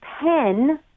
pen